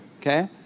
Okay